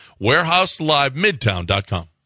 WarehouseLiveMidtown.com